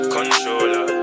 Controller